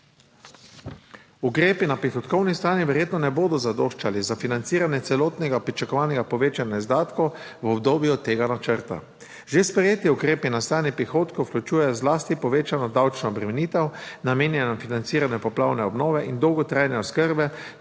Ukrepi na prihodkovni strani verjetno ne bodo zadoščali za financiranje celotnega pričakovanega povečanja izdatkov v obdobju tega načrta. Že sprejeti ukrepi na strani prihodkov vključujejo zlasti povečano davčno obremenitev, namenjeno financiranju poplavne obnove in dolgotrajne oskrbe